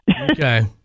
okay